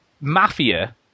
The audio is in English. mafia